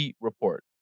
report